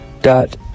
dot